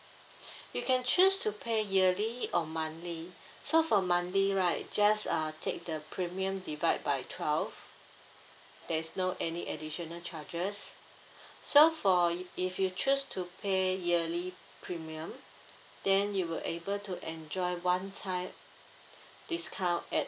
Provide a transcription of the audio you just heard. you can choose to pay yearly or monthly so for monthly right just uh take the premium divide by twelve there's no any additional charges so for if you choose to pay yearly premium then you will able to enjoy one time discount at